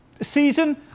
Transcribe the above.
season